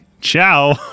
ciao